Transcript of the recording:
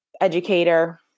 educator